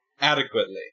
adequately